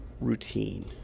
routine